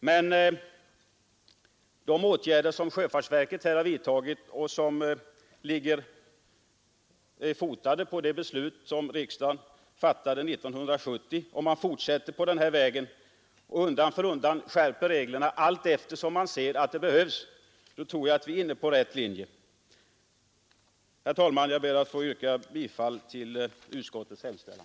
Om man fortsätter med sådana åtgärder som sjöfartsverket har vidtagit, vilka är fotade på det beslut som riksdagen fattade 1970, och skärper reglerna om man ser att det verkligen behövs, tror jag dock att man följer rätt linje. Herr talman! Jag ber att få yrka bifall till utskottets hemställan.